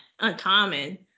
uncommon